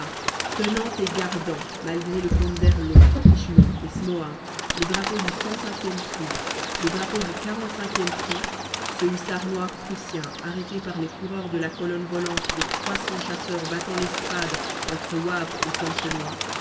tenant et gardant malgré le comte d'erlon frischemont et smohain le drapeau du ème pris le drapeau du ème pris ce hussard noir prussien arrêté par les coureurs de la colonne volante de trois cents chasseurs battant l'estrade entre wavre et plancenoit